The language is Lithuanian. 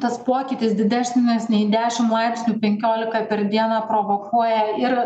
tas pokytis didesnis nei dešimt laipsnių penkiolika per dieną provokuoja ir